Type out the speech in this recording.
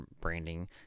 branding